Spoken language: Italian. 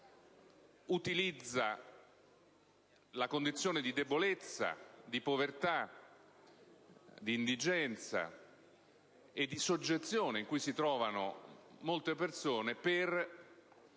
utilizza la condizione di debolezza, di povertà, di indigenza e di soggezione in cui si trovano molte persone per